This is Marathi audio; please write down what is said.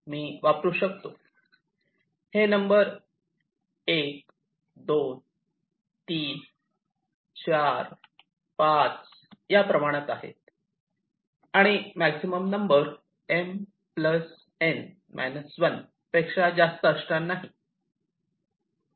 हे नंबर 1 23 4 5 या प्रमाणात आहेत आणि मॅक्झिमम नंबर M N 1 पेक्षा जास्त असणार नाही